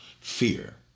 fear